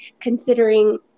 considering